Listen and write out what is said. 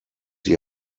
die